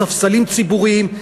על ספסלים ציבוריים.